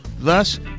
Thus